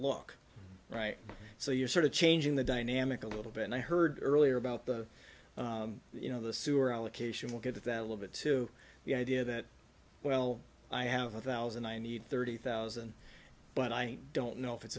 look right so you're sort of changing the dynamic a little bit and i heard earlier about the you know the sewer allocation will get at that limit to the idea that well i have a thousand i need thirty thousand but i don't know if it's